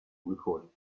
recording